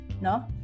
no